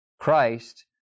Christ